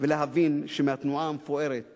ולהבין שמהתנועה המפוארת